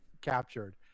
captured